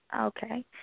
okay